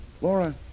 Laura